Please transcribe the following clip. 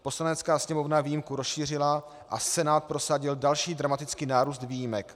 Poslanecká sněmovna výjimku rozšířila a Senát prosadil další dramatický nárůst výjimek.